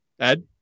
Ed